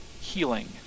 healing